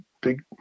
big